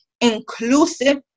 inclusive